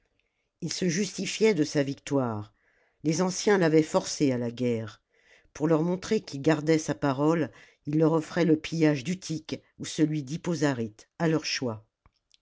il se justifiait de sa victoire les anciens l'avaient forcé à la guerre pour leur montrer qu'il gardait sa parole il leur offrait le pillage d'utiqueou celui dhippo zarjte à leur choix